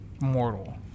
mortal